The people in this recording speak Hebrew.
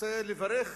רוצה לברך,